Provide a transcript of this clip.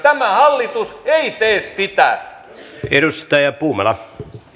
tämä hallitus ei tee sitä